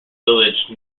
village